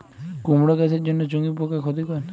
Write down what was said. কুমড়ো গাছের জন্য চুঙ্গি পোকা ক্ষতিকর?